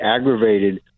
aggravated